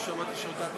לא שמעתי שהודעת.